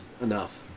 enough